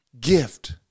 gift